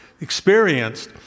experienced